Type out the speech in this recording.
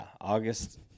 August